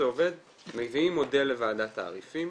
מביאים מודל לוועדת תעריפים,